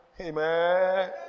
amen